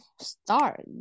start